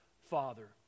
Father